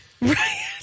right